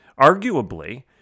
Arguably